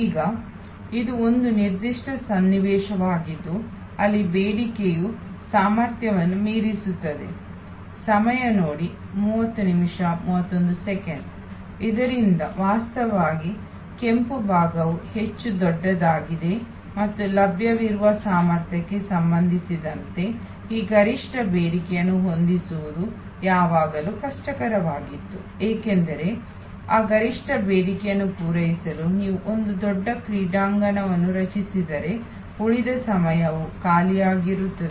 ಈಗ ಇದು ಒಂದು ನಿರ್ದಿಷ್ಟ ಸನ್ನಿವೇಶವಾಗಿದ್ದು ಅಲ್ಲಿ ಬೇಡಿಕೆಯು ಸಾಮರ್ಥ್ಯವನ್ನು ಮೀರಿಸುತ್ತದೆ ಆದ್ದರಿಂದ ವಾಸ್ತವವಾಗಿ ಕೆಂಪು ಭಾಗವು ಹೆಚ್ಚು ದೊಡ್ಡದಾಗಿದೆ ಮತ್ತು ಲಭ್ಯವಿರುವ ಸಾಮರ್ಥ್ಯಕ್ಕೆ ಸಂಬಂಧಿಸಿದಂತೆ ಈ ಗರಿಷ್ಠ ಬೇಡಿಕೆಯನ್ನು ಹೊಂದಿಸುವುದು ಯಾವಾಗಲೂ ಕಷ್ಟಕರವಾಗಿತ್ತು ಏಕೆಂದರೆ ಆ ಗರಿಷ್ಠ ಬೇಡಿಕೆಯನ್ನು ಪೂರೈಸಲು ನೀವು ಒಂದು ದೊಡ್ಡ ಕ್ರೀಡಾಂಗಣವನ್ನು ರಚಿಸಿದರೆ ಉಳಿದ ಸಮಯವು ಖಾಲಿಯಾಗಿರುತ್ತದೆ